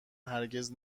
هرگز